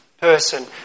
person